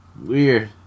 Weird